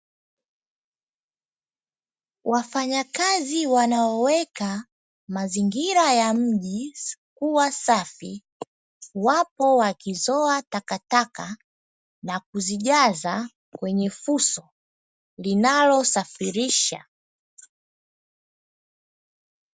Wafanyakazi wanaoweka mazingira ya mji kuwa safi ,wapo wakizoa takataka na kuzijaza kwenye fuso linalosafirisha.